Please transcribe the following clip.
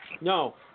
No